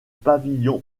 pavillon